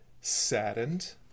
saddened